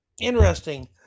Interesting